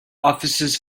offices